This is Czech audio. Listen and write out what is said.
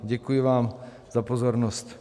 Děkuji vám za pozornost.